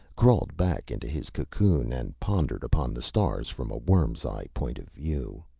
crawled back into his cocoon and pondered upon the stars from a worm's eye point of view.